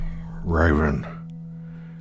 Raven